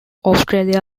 australia